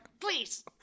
please